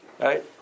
right